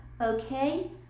okay